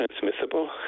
transmissible